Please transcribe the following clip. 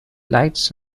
lights